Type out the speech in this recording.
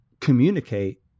communicate